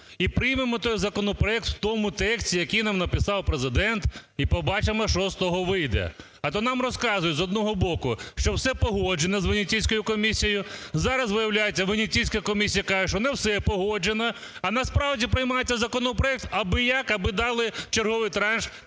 і приймемо той законопроект в тому тексті, який нам написав Президент, і побачимо, що з того вийде. А то нам розказують, з одного боку, що все погоджено з Венеційською комісією. Зараз, виявляється, Венеційська комісія каже, що не все погоджено. А насправді приймається законопроект абияк, аби дали черговий транш